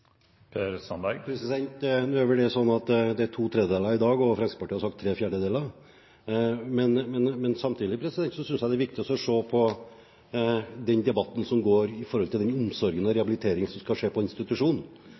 Nå er det vel sånn at det er to tredjedeler i dag, og Fremskrittspartiet har sagt tre fjerdedeler. Men samtidig synes jeg det er viktig å se på den debatten som går når det gjelder den omsorgen og rehabiliteringen som skal skje på institusjon.